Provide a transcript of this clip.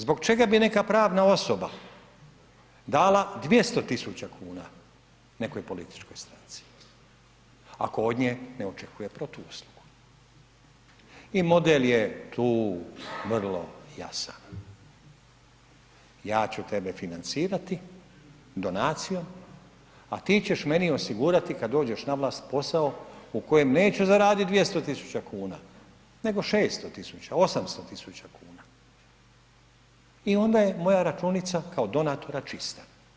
Zbog čega bi neka pravna osoba dala 200.000,00 kn nekoj političkoj stranci ako od nje ne očekuje protuuslugu i model je tu vrlo jasan, ja ću tebe financirati donacijom, a ti ćeš meni osigurati kad dođeš na vlast posao u kojem neću zaraditi 200.000,00 kn, nego 600.000,00 kn, 800.000,00 kn i onda je moja računica kao donatora čista.